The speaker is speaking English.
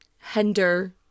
hinder